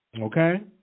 Okay